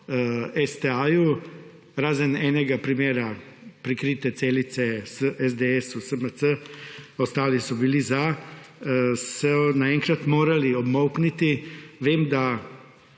STA razen enega primera prikrite celice SDS SMC ostali so bili za so na enkrat morali obmolkniti. Vem, da